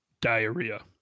Diarrhea